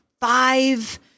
five